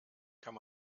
kann